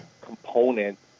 components